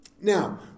Now